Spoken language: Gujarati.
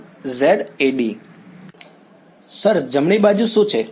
વિદ્યાર્થી સર જમણી બાજુ શું છે